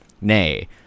Nay